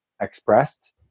expressed